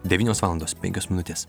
devynios valandos penkios minutės